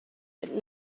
but